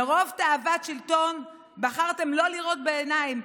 מרוב תאוות שלטון בחרתם לא לראות בעיניים,